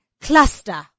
cluster